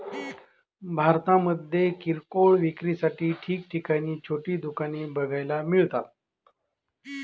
भारतामध्ये किरकोळ विक्रीसाठी ठिकठिकाणी छोटी दुकाने बघायला मिळतात